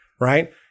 right